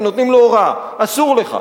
ונותנים לו הוראה: אסור לך.